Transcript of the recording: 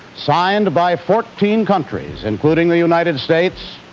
signed by fourteen countries, including the united states,